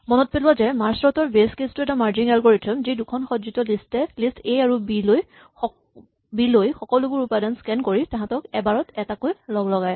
মনত পেলোৱা যে মাৰ্জ চৰ্ট ৰ বেচ টো এটা মাৰ্জিং এলগৰিথম যি দুখন সজ্জিত লিষ্ট এ আৰু বি লৈ সকলোবোৰ উপাদান স্কেন কৰি তাহাঁতক এবাৰত এটাকৈ লগলগায়